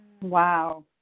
Wow